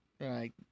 right